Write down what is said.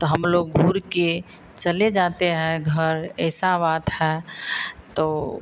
तो हम लोग घूमकर चले जाते हैं घर एसी बात है तो